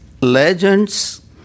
legends